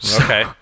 Okay